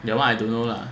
that [one] I don't know lah